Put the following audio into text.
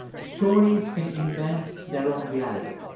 stories can invent their own reality.